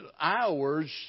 hours